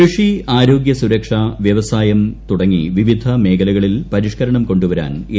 കൃഷി ആരോഗ്യ സുരക്ഷ വ്യവസായം തുടങ്ങി വിവിധ മേഖല്കളിൽ പരിഷ്കരണം കൊണ്ടുവരാൻ എൻ